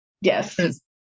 Yes